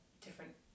different